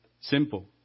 Simple